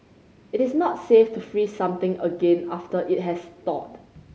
it is not safe to freeze something again after it has thawed